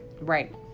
Right